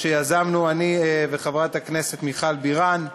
שיזמנו אני וחברת הכנסת מיכל בירן.